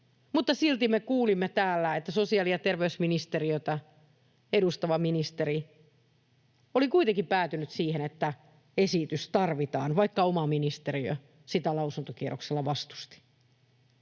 silti me kuulimme täällä, että sosiaali- ja terveysministeriötä edustava ministeri oli kuitenkin päätynyt siihen, että esitys tarvitaan, vaikka oma ministeriö sitä lausuntokierroksella vastusti.